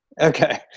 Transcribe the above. Okay